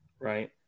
Right